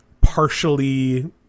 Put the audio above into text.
partially